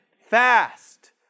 fast